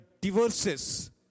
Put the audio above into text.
divorces